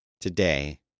today